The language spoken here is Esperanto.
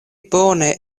bone